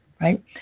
right